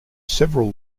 several